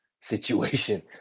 situation